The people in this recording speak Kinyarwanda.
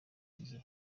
gihe